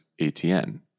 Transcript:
ATN